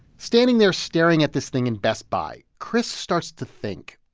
standing there staring at this thing in best buy, chris starts to think,